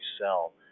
sell